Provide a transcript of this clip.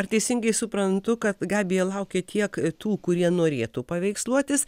ar teisingai suprantu kad gabija lauki tiek tų kurie norėtų paveiksluotis